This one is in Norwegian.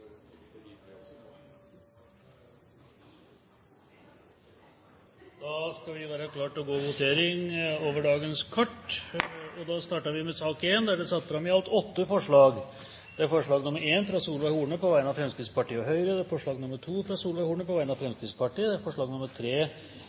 da til votering. Under debatten er det satt fram i alt åtte forslag. Det er forslag nr. 1, fra Solveig Horne på vegne av Fremskrittspartiet og Høyre forslag nr. 2, fra Solveig Horne på vegne av